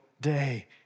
day